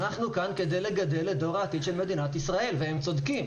אנחנו כאן כדי לגדל את דור העתיד של מדינת ישראל והם צודקים